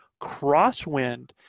crosswind